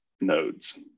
nodes